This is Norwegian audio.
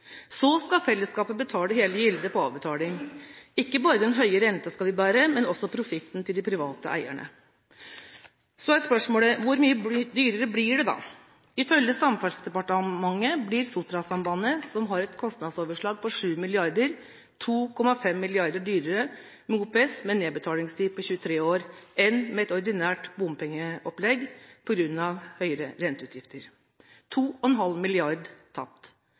Så skal fellesskapet betale hele gildet på avbetaling, ikke bare den høye renta skal vi bære, men også profitten til de private eierne. Spørsmålet er hvor mye dyrere det da blir. Ifølge Samferdselsdepartementet blir Sotrasambandet, som har et kostnadsoverslag på 7 mrd. kr, 2,5 mrd. kr dyrere med OPS med en nedbetalingstid på 23 år enn med et ordinært bompengeopplegg, på grunn av høyere renteutgifter – 2,5 mrd. kr tapt,